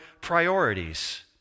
priorities